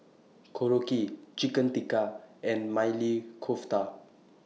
Korokke Chicken Tikka and Maili Kofta